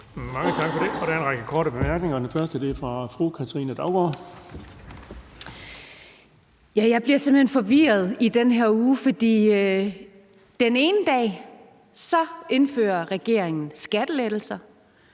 Mange tak for det. Der er en række korte bemærkninger. Den første er fra fru Katrine Daugaard. Kl. 10:08 Katrine Daugaard (LA): Jeg blev simpelt hen forvirret i den her uge, for den ene dag indfører regeringen skattelettelser.